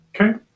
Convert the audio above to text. Okay